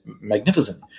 magnificent